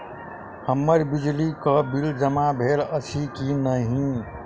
हम्मर बिजली कऽ बिल जमा भेल अछि की नहि?